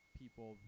people